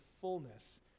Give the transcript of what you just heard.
fullness